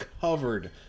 covered